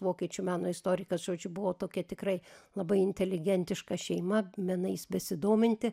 vokiečių meno istorikas žodžiu buvo tokia tikrai labai inteligentiška šeima menais besidominti